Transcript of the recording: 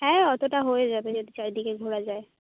হ্যাঁ অতটা হয়ে যাবে যদি চারিদিকে ঘোরা যায়